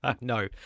No